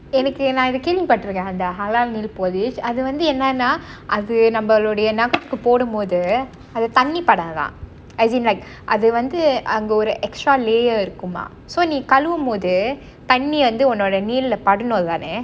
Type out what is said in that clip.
எனக்கு நான் இது கேள்வி பட்டு இருக்கேன் அந்த:enakku naan ithu kelvi pattu irukkaen anth halal nail polish அது வந்து என்னனா அது நம்பலோடைய நகத்துக்கு போடும் பொழுது அது தண்ணி படாதாம்:athu vanthu enna athu nambalodaiya nagathukku podum poluthu athu thanni padathaam as in like அது வந்து அங்கு ஒரு:athu vanthu angu oru extra layer இருக்குமா:irukkuma so நீ கழுவும் போது தண்ணி வந்து உன்னோட:nee kaluvum pothu thanni vanthu unnoda nail ல படனும் தானே:la padanum thaanae